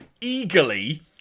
eagerly